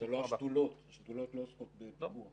זה לא השדולות, השדולות לא עוסקות בפיקוח.